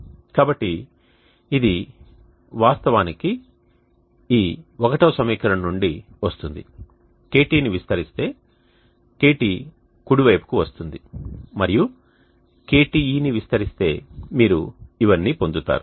కాబట్టి ఇది వాస్తవానికి ఈ 1 వ సమీకరణం నుండి వస్తుంది KT ని విస్తరిస్తే KT కుడి వైపుకు వస్తుంది మరియు KTe ని విస్తరిస్తే మీరు ఇవన్నీ పొందుతారు